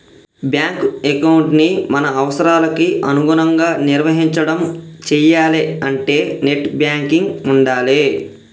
bank ఎకౌంటుని మన అవసరాలకి అనుగుణంగా నిర్వహించడం చెయ్యాలే అంటే నెట్ బ్యాంకింగ్ ఉండాలే